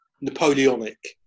Napoleonic